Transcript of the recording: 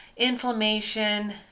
inflammation